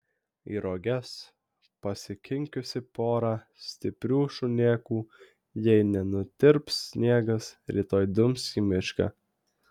į roges pasikinkiusi porą stiprių šunėkų jei nenutirps sniegas rytoj dums į mišką